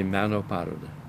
į meno parodą